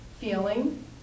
feeling